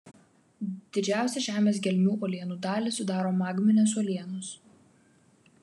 didžiausią žemės gelmių uolienų dalį sudaro magminės uolienos